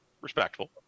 respectful